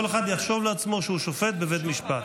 כל אחד יחשוב לעצמו שהוא שופט בבית משפט.